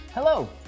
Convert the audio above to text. Hello